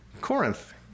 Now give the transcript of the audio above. Corinth